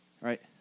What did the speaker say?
right